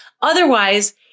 Otherwise